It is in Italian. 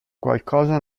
qualcosa